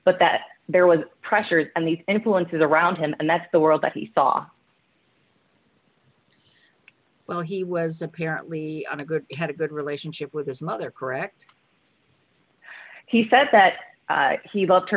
but that there was pressure and these influences around him and that's the world that he saw when he was apparently a good have a good relationship with his mother correct he said that he loved her